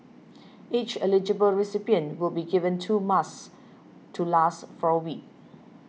each eligible recipient will be given two masks to last for a week